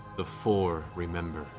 the four remember.